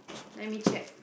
let me check